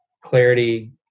clarity